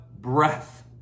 breath